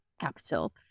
capital